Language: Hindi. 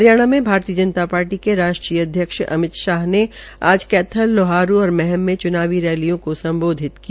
हरियाणा में भारतीय जनता पार्टी के राष्ट्रीय अध्यक्ष अमित शाह ने आज कैथल लौहारू और महम में चुनावी रैलियों को सम्बोधित किया